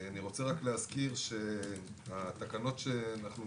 אני רוצה רק להזכיר שהתקנות שאנחנו